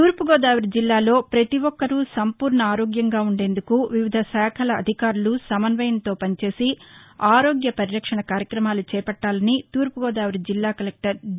తూర్పు గోదావరి జిల్లాలో పతిఒక్కరు సంపూర్ణ ఆరోగ్యంగా ఉండేందుకు వివిధ శాఖల అధికారులు సమస్వయంతో పనిచేసి ఆరోగ్య పరిరక్షణ కార్యక్రమాలు చేపట్లాలని తూర్పు గోదావరి జిల్లా కలెక్టర్ డి